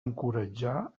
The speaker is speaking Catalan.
encoratjar